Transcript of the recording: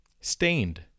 Stained